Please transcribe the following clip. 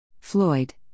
Floyd